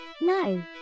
no